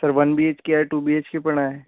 sir one B H K आहे two B H K पण आहे